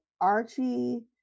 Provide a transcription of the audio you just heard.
Archie